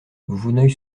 vouneuil